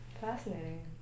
Fascinating